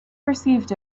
perceived